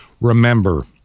remember